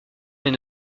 mais